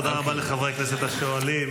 תודה רבה לחברי הכנסת השואלים.